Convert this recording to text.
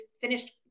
finished